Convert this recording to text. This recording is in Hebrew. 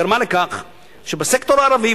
גרמה לכך שבסקטור הערבי,